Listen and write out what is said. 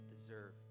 deserve